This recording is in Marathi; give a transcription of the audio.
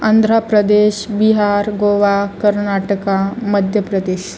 आंध्र प्रदेश बिहार गोवा कर्नाटक मध्य प्रदेश